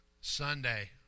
Sunday